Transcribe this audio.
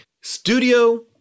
studio